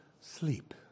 sleep